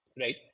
right